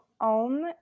Om